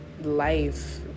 life